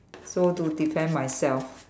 so to defend myself